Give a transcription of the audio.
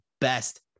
best